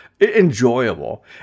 enjoyable